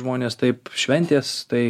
žmonės taip šventės tai